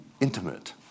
intimate